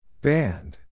Band